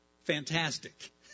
Fantastic